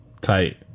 tight